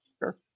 Sure